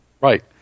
Right